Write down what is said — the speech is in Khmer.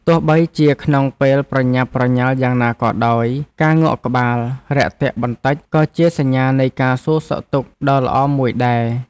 ទោះបីជាក្នុងពេលប្រញាប់ប្រញាល់យ៉ាងណាក៏ដោយ ការងក់ក្បាលរាក់ទាក់បន្តិចក៏ជាសញ្ញានៃការសួរសុខទុក្ខដ៏ល្អមួយដែរ។